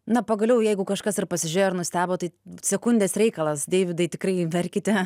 na pagaliau jeigu kažkas ir pasižiūrėjo ir nustebo tai sekundės reikalas deividai tikrai verkite